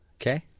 Okay